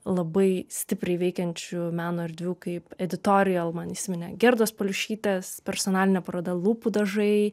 labai stipriai veikiančių meno erdvių kaip editorijal man įsiminė gerdos paliušytės personalinė paroda lūpų dažai